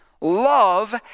Love